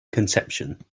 conception